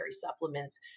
supplements